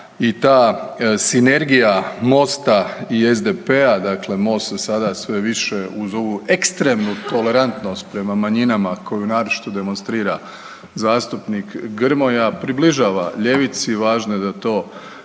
i ta sinergija Mosta i SDP-a, dakle Most se sada sve više uz ovu ekstremnu tolerantnost prema manjinama koju naročito demonstrira zastupnik Grmoja, približava ljevici, važno je da to hrvatski